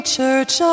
Church